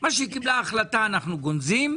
מה שהיא קיבלה החלטה אנחנו גונזים,